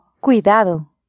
cuidado